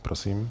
Prosím.